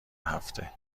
هفته